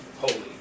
holy